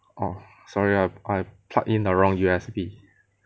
orh sorry I I plug in the wrong U_S_B